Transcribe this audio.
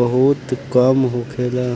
बहुते कम होखेला